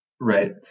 Right